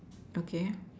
okay